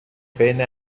بین